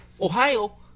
Ohio